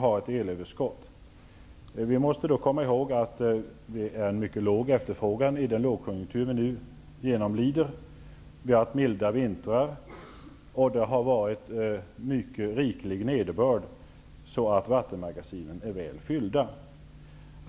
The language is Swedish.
av ett elöverskott. Man måste då komma ihåg att efterfrågan är mycket liten i den lågkonjunktur vi nu genomlider. Vi har haft milda vintrar. Nederbörden har varit riklig, vilket innebär att vattenmagasinen är väl fyllda.